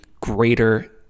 greater